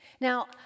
Now